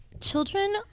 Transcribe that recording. Children